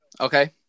okay